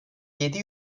yedi